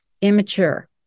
immature